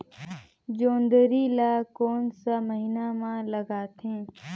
जोंदरी ला कोन सा महीन मां लगथे?